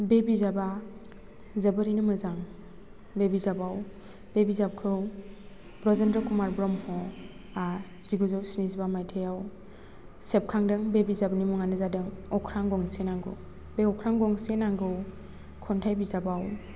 बे बिजाबा जोबोरैनो मोजां बे बिजाबखौ ब्रजेन्द्र कुमार ब्रह्मआ जिगुजौ स्निजिबा माइथायाव सेबखांदों बे बिजाबनि मुङानो जादों अख्रां गंसे नांगौ बे अख्रां गंसे नांगौ खन्थाइ बिजाबाव